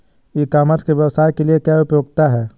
ई commerce के व्यवसाय के लिए क्या उपयोगिता है?